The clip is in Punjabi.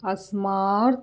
ਅਸਮਰੱਥ